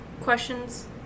questions